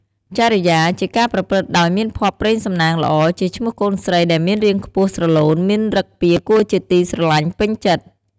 ចរិយា ជាការប្រព្រឹត្តដោយមានភ័ព្វព្រេងសំណាងល្អ ជាឈ្មោះកូនស្រីដែលមានរាងខ្ពស់ស្រឡូនមានឫកពាគួរជាទីស្រឡាញ់ពេញចិត្ត ។